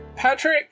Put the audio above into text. Patrick